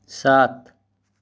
सात